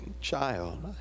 child